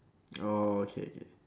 oh okay okay